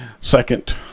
Second